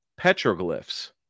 petroglyphs